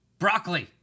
broccoli